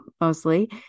mostly